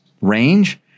range